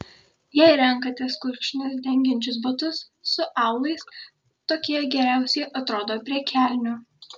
jei renkatės kulkšnis dengiančius batus su aulais tokie geriausiai atrodo prie kelnių